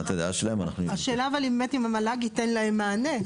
השאלה אם המל"ג ייתן להם מענה.